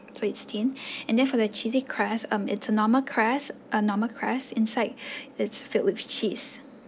so it's thin and then for the cheesy crust um it's a normal crust a normal crust inside it's filled with cheese